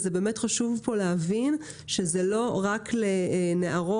אז באמת חשוב להבין שזה לא רק נוגע לנערות,